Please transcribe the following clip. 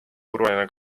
turvaline